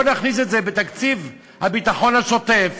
בוא נכניס את זה בתקציב הביטחון השוטף